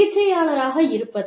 சிகிச்சையாளராக இருப்பது